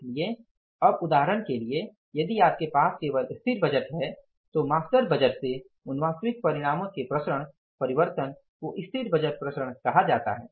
इसलिए अब उदाहरण के लिए यदि आपके पास केवल स्थिर बजट है तो मास्टर बजट से उन वास्तविक परिणामों के प्रसरण परिवर्तन को स्थिर बजट प्रसरण कहा जाता है